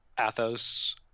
Athos